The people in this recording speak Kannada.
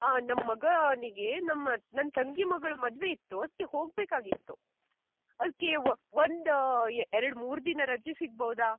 ಹಾಂ ನಮ್ಮ ಮಗನಿಗೆ ನಮ್ಮ ನನ್ನ ತಂಗಿ ಮಗಳ ಮದುವೆ ಇತ್ತು ಅದ್ಕೆ ಹೊಗಬೇಕಾಗಿತ್ತು ಅದ್ಕೆ ಒಂದು ಎರಡು ಮೂರು ದಿನ ರಜೆ ಸಿಗ್ಬೋದ